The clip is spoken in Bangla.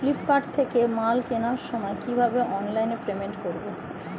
ফ্লিপকার্ট থেকে মাল কেনার সময় কিভাবে অনলাইনে পেমেন্ট করব?